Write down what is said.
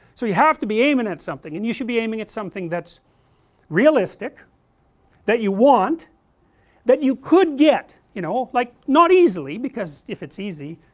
so you have to aiming at something and you should be aiming at something that's realistic that you want that you could get, you know, like not easily because if it's easy,